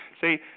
See